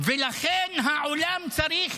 לכן העולם צריך